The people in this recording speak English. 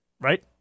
right